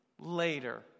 later